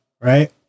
right